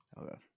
Okay